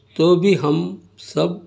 تو بھی ہم سب